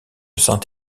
saint